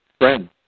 friends